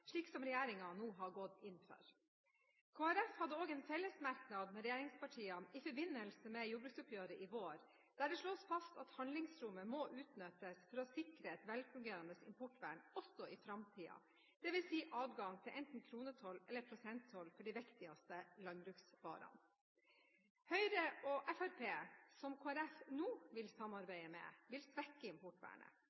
slik som regjeringen nå har gått inn for. Kristelig Folkeparti hadde også en fellesmerknad med regjeringspartiene i forbindelse med jordbruksoppgjøret i vår, der det slås fast at handlingsrommet må utnyttes for å sikre et velfungerende importvern, også i framtiden – dvs. adgang til enten kronetoll eller prosenttoll for de viktigste landbruksvarene. Høyre og Fremskrittspartiet, som Kristelig Folkeparti nå vil